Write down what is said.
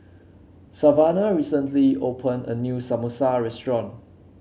Savanah recently opened a new Samosa restaurant